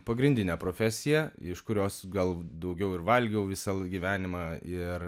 pagrindinė profesija iš kurios gal daugiau ir valgiau visą gyvenimą ir